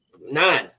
Nine